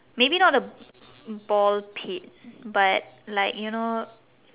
maybe not a ball pit but like you know